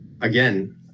again